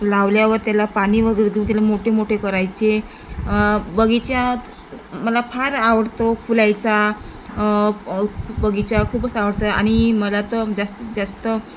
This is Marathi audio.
लावल्यावर त्याला पाणी वगैरे देऊ त्याला मोठे मोठे करायचे बगीचा मला फार आवडतो फुलाचा बगीचा खूपच आवडतं आहे आणि मला तर जास्तीत जास्त